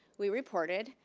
we reported.